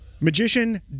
Magician